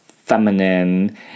feminine